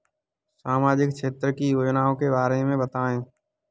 सामाजिक क्षेत्र की योजनाओं के बारे में बताएँ?